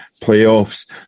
playoffs